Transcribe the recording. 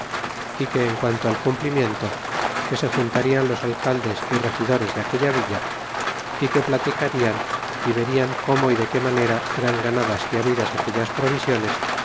é que en cuanto al cumplimiento que se juntarian los alcaldes y regidores de aquella villa é que plalicarian y verian como y de qué manera eran ganadas y habidas aquellas provisiones